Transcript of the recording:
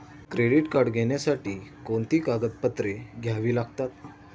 Credit card घेण्यासाठी कोणती कागदपत्रे घ्यावी लागतात?